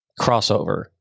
crossover